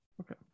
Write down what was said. Okay